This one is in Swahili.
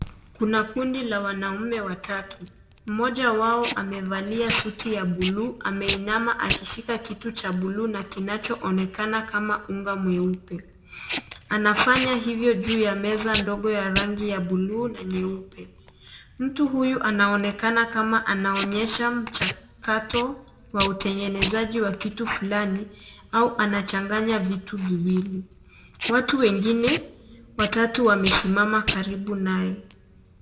Kuna kundi la wanaume watatu. Mmoja wao amevalia suti ya bluu ameinama akishika kitu cha bluu na kinachoonekana kama unga mweupe. Anafanya hivyo juu ya meza ndogo ya rangi ya bluu na nyeupe. Mtu huyu anaonekana kama anaonyesha mchakato wa utengenezaji wa kitu fulani au anachanganya vitu viwili. Watu wengine watatu wamesimama karibu naye.